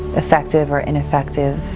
effective or ineffective.